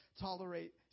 tolerate